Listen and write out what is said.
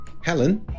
Helen